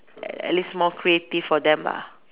at least more creative for them lah